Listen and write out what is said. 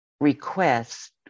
request